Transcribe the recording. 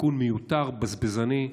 בתיקון מיותר, בזבזני,